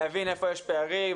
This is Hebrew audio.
להבין היכן יש פערים.